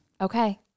Okay